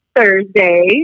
Thursday